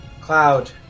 cloud